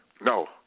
No